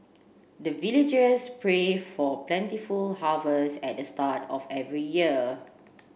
the villagers pray for plentiful harvest at the start of every year